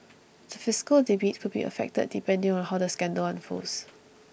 the fiscal debate could be affected depending on how the scandal unfolds